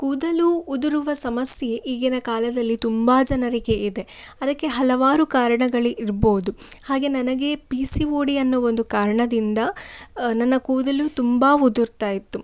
ಕೂದಲು ಉದುರುವ ಸಮಸ್ಯೆ ಈಗಿನ ಕಾಲದಲ್ಲಿ ತುಂಬ ಜನರಿಗೆ ಇದೆ ಅದಕ್ಕೆ ಹಲವಾರು ಕಾರಣಗಳೇ ಇರ್ಬೋದು ಹಾಗೆ ನನಗೆ ಪಿ ಸಿ ಓ ಡಿ ಅನ್ನೋ ಒಂದು ಕಾರಣದಿಂದ ನನ್ನ ಕೂದಲು ತುಂಬ ಉದುರ್ತಾ ಇತ್ತು